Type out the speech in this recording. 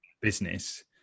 business